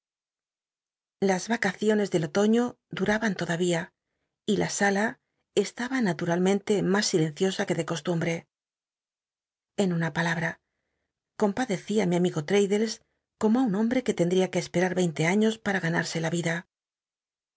las ac ciones del otoíío duraban toclaria y la sala estaba naturalmente mas silenciosa que de costumbre en una palabra compadecí i mi amigo fraddlcs como i un hombre que tcndia que espera cinte aiíos pam ganarse la l'ida